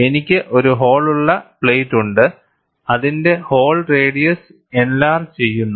എനിക്ക് ഒരു ഹോൾ ഉള്ള പ്ലേറ്റ് ഉണ്ട് അതിന്റെ ഹോൾ റേഡിയസ് എൻലാർജ് ചെയ്യുന്നു